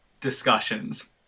discussions